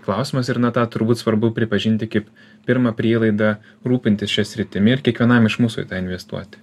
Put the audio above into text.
klausimas ir na tą turbūt svarbu pripažinti kaip pirmą prielaidą rūpintis šia sritimi ir kiekvienam iš mūsų investuoti